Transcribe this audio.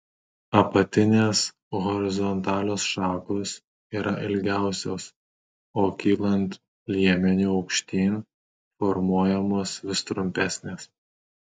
apatinės horizontalios šakos yra ilgiausios o kylant liemeniu aukštyn formuojamos vis trumpesnės